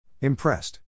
Impressed